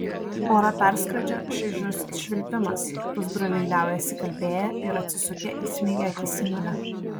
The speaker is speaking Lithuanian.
orą perskrodžia šaižus švilpimas pusbroliai liaujasi kalbėję ir atsisukę įsmeigia akis į mane